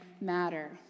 matter